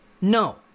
No